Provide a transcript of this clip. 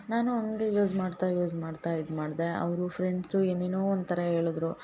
ನಾನು ಹಂಗೇ ಯೂಸ್ ಮಾಡ್ತಾ ಯೂಸ್ ಮಾಡ್ತಾ ಇದ್ಮಾಡ್ದೆ ಅವರು ಫ್ರೆಂಡ್ಸು ಏನೇನೋ ಒಂಥರ ಹೇಳುದ್ರು